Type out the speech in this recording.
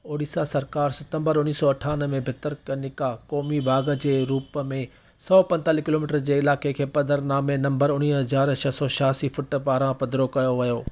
ओडिशा सरकार सितंबर उणिवीह सौ अठानवे में भितरकनिका क़ौमी बाग़ जे रूप में सौ पंतालीह किलोमीटर जे इलाइक़े खे पधरनामे नंबर उणिवीह हज़ार छ सौ छयासी फुट पारां पधिरो कयो वियो